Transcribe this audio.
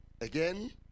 Again